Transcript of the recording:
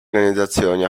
organizzazioni